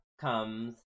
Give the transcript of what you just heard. comes